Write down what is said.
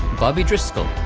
bobby driscoll,